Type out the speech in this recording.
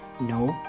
no